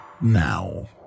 now